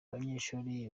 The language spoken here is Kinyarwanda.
abanyeshuri